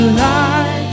light